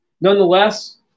Nonetheless